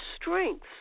strengths